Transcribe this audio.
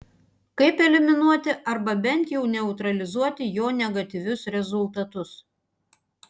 kaip eliminuoti arba bent jau neutralizuoti jo negatyvius rezultatus